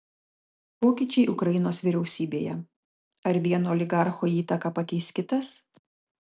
pokyčiai ukrainos vyriausybėje ar vieno oligarcho įtaką pakeis kitas